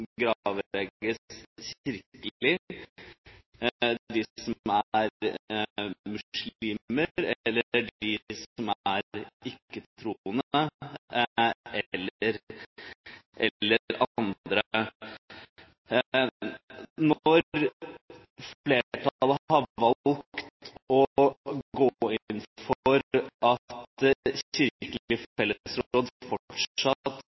gravlegges kirkelig, dem som er muslimer og dem som er ikke-troende eller annet. Når flertallet har valgt å gå inn for at Kirkelig fellesråd fortsatt